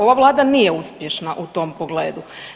Ova vlada nije uspješna u tom pogledu.